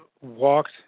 walked